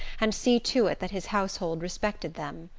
and see to it that his household respected them.